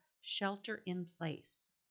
shelter-in-place